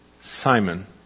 Simon